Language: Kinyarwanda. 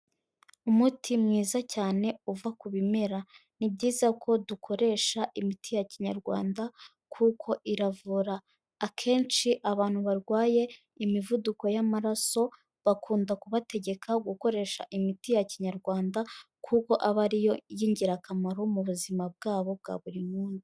Umuti mwiza cyane uva ku bimera ni byiza ko dukoresha imiti ya kinyarwanda kuko iravura, akenshi abantu barwaye imivuduko y'amaraso bakunda kubategeka gukoresha imiti ya kinyarwanda kuko aba ariyo y'ingirakamaro mu buzima bwabo bwa buri munsi.